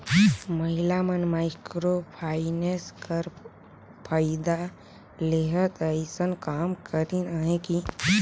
महिला मन micro finance कर फएदा लेहत अइसन काम करिन अहें कि